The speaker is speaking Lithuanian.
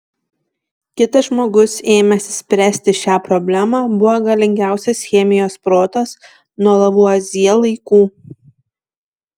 kitas žmogus ėmęsis spręsti šią problemą buvo galingiausias chemijos protas nuo lavuazjė laikų